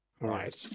Right